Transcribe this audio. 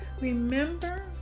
Remember